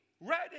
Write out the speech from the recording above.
ready